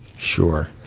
sure.